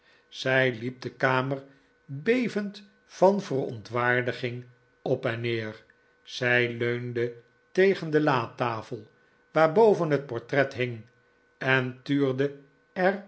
zij liep de kamer bevend van verontwaardiging op en neer zij leunde tegen de latafel waarboven het portret hing en tuurde